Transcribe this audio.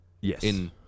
Yes